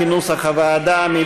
כנוסח הוועדה.